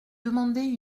demander